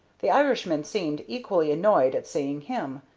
the irishman seemed equally annoyed at seeing him,